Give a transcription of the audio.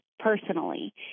personally